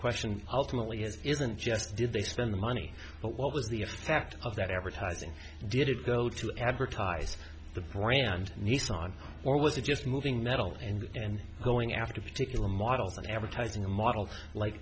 question ultimately isn't just did they spend the money but what was the effect of that advertising did it go to advertise the brand nissan or was it just moving metal and going after particular models and advertising a model like